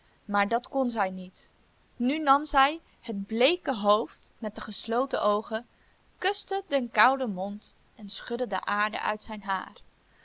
maar dat kon zij niet nu nam zij het bleeke hoofd met de gesloten oogen kuste den kouden mond en schudde de aarde uit zijn haar